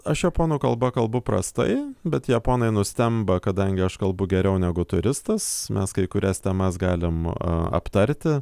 aš japonų kalba kalbu prastai bet japonai nustemba kadangi aš kalbu geriau negu turistas mes kai kurias temas galim a aptarti